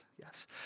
yes